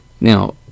now